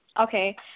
okay